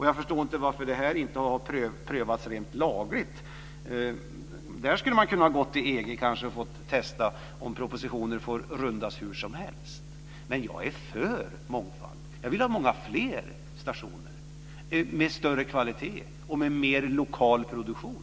Jag förstår inte varför det här inte har prövats rent lagligt. Där skulle man ha kunnat gå till EG och testa om propositioner får rundas hur som helst. Jag är för mångfald. Jag vill ha många fler stationer, med högre kvalitet och med mer lokal produktion.